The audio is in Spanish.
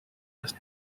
las